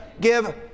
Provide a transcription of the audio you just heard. give